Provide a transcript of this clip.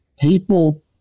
people